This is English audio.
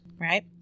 Right